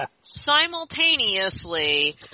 simultaneously